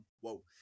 whoa